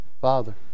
Father